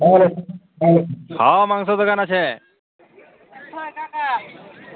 hello hello হ মাংসর দোকান আছে